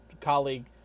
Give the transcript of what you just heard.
colleague